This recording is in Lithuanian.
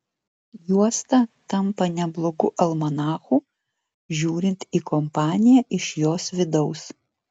juosta tampa neblogu almanachu žiūrint į kompaniją iš jos vidaus